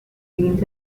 deans